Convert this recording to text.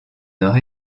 nord